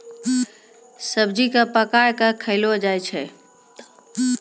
सब्जी क पकाय कॅ खयलो जाय छै